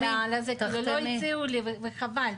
לא הציעו לי וחבל,